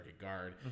guard